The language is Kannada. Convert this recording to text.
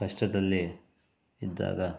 ಕಷ್ಟದಲ್ಲಿ ಇದ್ದಾಗ